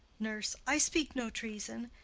nurse. i speak no treason.